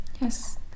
yes